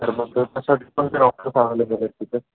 तर मग त्याच्यासाठी कोणते डॉक्टर ॲव्हेलेबल आहेत तिथं